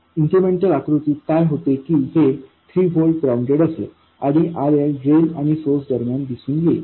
incremental आकृतीत काय होते की हे 3 व्होल्ट ग्राउंडेड असेल आणि RLड्रेन आणि सोर्स दरम्यान दिसून येईल